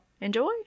enjoy